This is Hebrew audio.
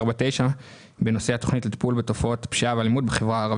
את הפרויקט נבצע עד סוף השנה,